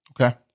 Okay